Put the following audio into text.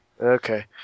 Okay